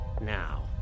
Now